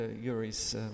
Yuri's